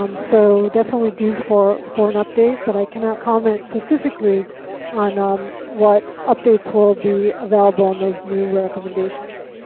um so definitely due for, for an update. but i cannot comment specifically on um what updates will be available in those new recommendations.